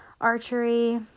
archery